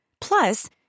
Plus